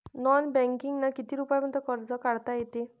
Non बँकिंगनं किती रुपयापर्यंत कर्ज काढता येते?